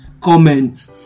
comment